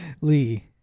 Lee